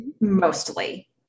mostly